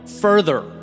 further